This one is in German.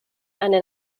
eine